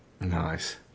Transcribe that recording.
nice